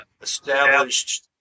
established